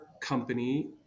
company